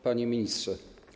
Panie Ministrze!